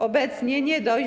Obecnie nie dość.